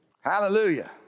Hallelujah